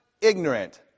ignorant